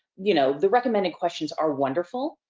you know the recommended questions are wonderful,